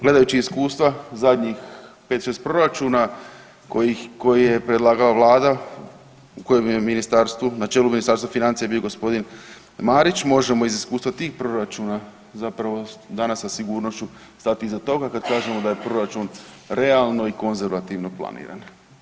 Gledajući iskustva zadnjih 5, 6 proračuna koje je predlagala Vlada u kojem je na čelu Ministarstva bio gospodin Marić možemo iz iskustva tih proračuna zapravo danas sa sigurnošću stati iza toga kad kažemo da je proračun realno i konzervativno planiran.